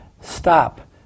Stop